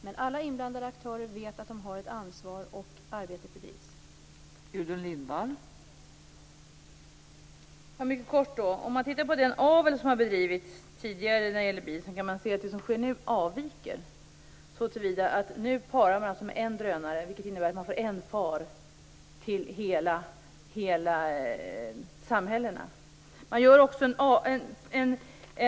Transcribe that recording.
Men alla inblandade aktörer vet att de har ett ansvar och att det bedrivs ett arbete.